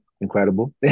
incredible